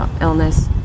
illness